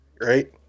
Right